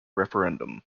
referendum